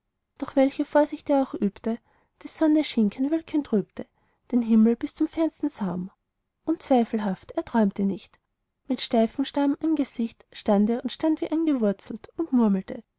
doch welche vorsicht er auch übte die sonne schien kein wölkchen trübte den himmel bis zum fernsten saum unzweifelhaft er träumte nicht mit steifem starrem angesicht stand er und stand wie angewurzelt und murmelte